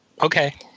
okay